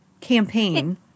campaign